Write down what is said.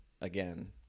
again